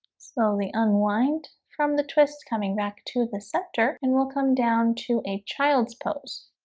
slowly unwind from the twist coming back to the scepter and will come down to a child's pose